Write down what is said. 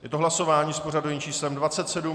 Je to hlasování s pořadovým číslem 27.